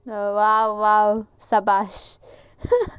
!wow! !wow! sabash